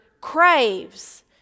craves